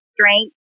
strength